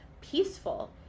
peaceful